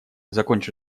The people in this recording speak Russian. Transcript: закончу